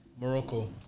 Morocco